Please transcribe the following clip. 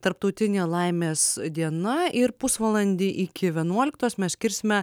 tarptautinė laimės diena ir pusvalandį iki vienuoliktos mes skirsime